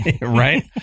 Right